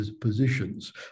positions